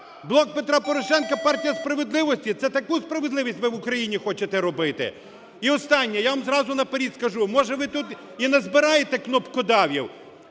"Блок Петра Порошенка" – партія справедливості. Це таку справедливість ви в Україні хочете робити! І останнє. Я вам зразу наперед скажу. Може, ви тут і назбираєте кнопкодавів.